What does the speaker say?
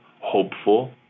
hopeful